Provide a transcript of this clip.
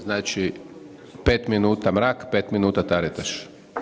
Znači 5 minuta Mrak, 5 minuta Taritaš.